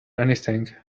anything